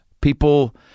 people